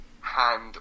hand